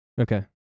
Okay